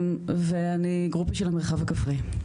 ואני גרופית של המרחב הכפרי.